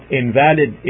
invalid